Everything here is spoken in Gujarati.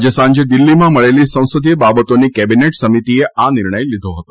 આજે સાંજે દિલ્હીમાં મળેલી સંસદીય બાબતોની કેબીનેટ સમિતીએ આ નિર્ણય લીધો છે